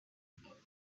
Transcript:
میدارد